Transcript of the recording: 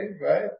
right